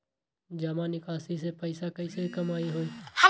जमा निकासी से पैसा कईसे कमाई होई?